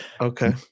Okay